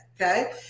okay